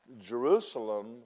Jerusalem